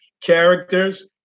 characters